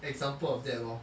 example of that lor